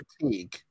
fatigue